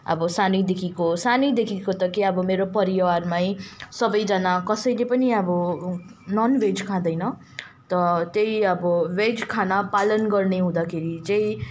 अब सानैदेखिको सानैदेखिको त के अब मेरो परिवारमै सबैजना कसैले पनि अब ननभेज खाँदैन त त्यही अब भेज खाना पालन गर्ने हुँदाखेरि चाहिँ